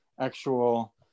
actual